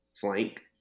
Flank